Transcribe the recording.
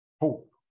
hope